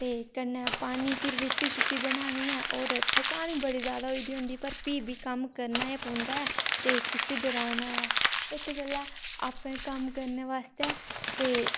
ते कन्नै पानी फिर रुट्टी शुट्टी बनानी ऐ होर थकान बड़ी ज़्यादा होई दी होंदी पर प्ही बी कम्म करना 'ऐ पौंदा ऐ ते कु'सी डराना ऐ इत्त गल्लै आप्पै कम्म करने आस्तै ते